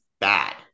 bad